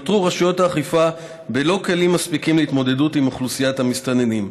נותרו רשויות האכיפה בלא כלים מספיקים להתמודדות עם אוכלוסיית המסתננים.